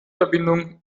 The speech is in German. verbindung